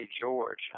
George